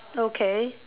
okay